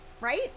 right